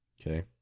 Okay